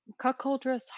cuckoldress